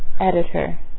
Editor